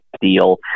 deal